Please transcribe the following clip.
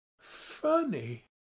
Funny